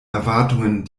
erwartungen